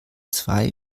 zwei